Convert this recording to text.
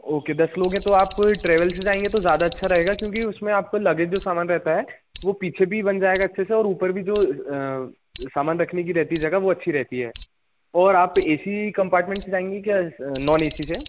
okay दस लोग हैं तो आप ट्रैवल से जाएंगे तो ज़्यादा अच्छा रहेगा क्योंकि उसमें आपका लगेज जो सामान रहता है वह पीछे भी बन जाएगा अच्छे से और ऊपर भी जो सामान रखने की रहती है जगह वो अच्छी रहती है और आप ए सी कंपार्टमेंट से जाएंगी कि नॉन ए सी से